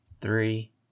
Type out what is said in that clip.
three